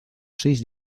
seis